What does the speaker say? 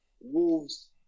Wolves